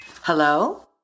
hello